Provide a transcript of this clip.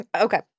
Okay